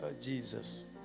Jesus